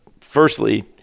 firstly